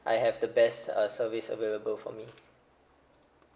I have the best uh service available for me